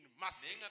mercy